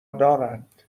دارند